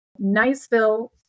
Niceville